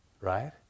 right